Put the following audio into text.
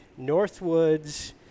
Northwoods